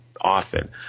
often